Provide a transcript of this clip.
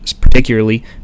particularly